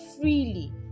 freely